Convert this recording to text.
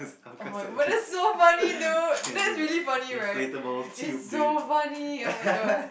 [oh]-my but that's so funny dude that's really funny right it's so funny [oh]-my-god